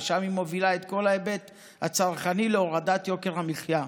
ושם היא מובילה את כל ההיבט הצרכני להורדת יוקר המחיה.